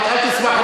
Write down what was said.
אל תשמח,